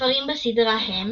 הספרים בסדרה הם